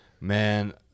man